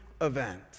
event